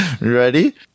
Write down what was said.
ready